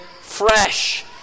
fresh